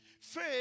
Faith